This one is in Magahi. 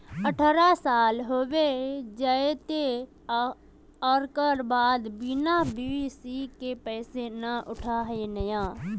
अठारह साल होबे जयते ओकर बाद बिना के.वाई.सी के पैसा न उठे है नय?